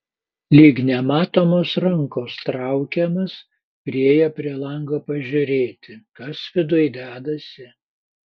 lyg nematomos rankos traukiamas priėjo prie lango pažiūrėti kas viduj dedasi